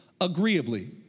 agreeably